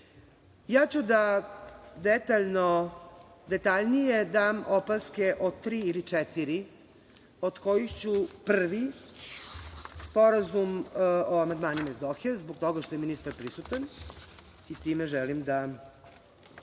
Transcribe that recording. ću da dam opaske o tri ili četiri, od kojih ću prvi Sporazum o amandmanima ih Dohe, zbog toga što je ministar prisutan, i time želim da